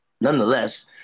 nonetheless